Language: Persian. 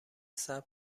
صبر